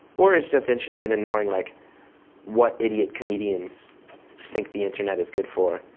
or is just interested in knowing like what idiot comedians think the internet is good for.